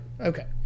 Okay